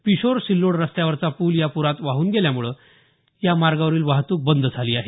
पिशोर सिल्लोड रस्त्यावरचा पूल या पुरात वाहून गेल्यामुळे या मार्गावरील वाहतुक बंद झाली आहे